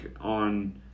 on